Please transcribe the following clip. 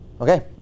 Okay